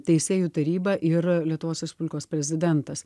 teisėjų taryba ir lietuvos respublikos prezidentas